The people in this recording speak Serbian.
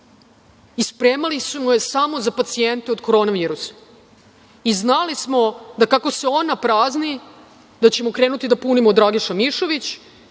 Spremali smo je samo za pacijente od koronavirusa. Znali smo da kako se ona prazni da ćemo da krenuti da punimo „Dragiša Mišović“